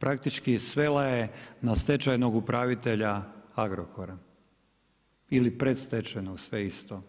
praktički svela na stečajnog upravitelja Agrokora ili predstečajnog sve isto.